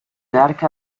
درک